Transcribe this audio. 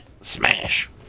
Smash